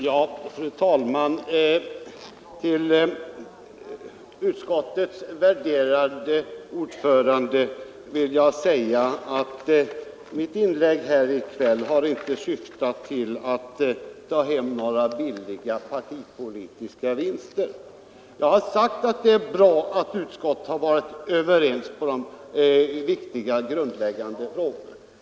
Fru talman! Jag vill säga till utskottets värderade ordförande att mitt inlägg i kväll inte har syftat till att ge några billiga partipolitiska vinster. Jag har sagt att det är bra att utskottet varit enigt om de viktiga grundläggande frågorna.